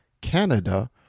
Canada